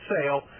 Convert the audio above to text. sale